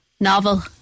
novel